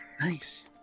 Nice